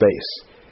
space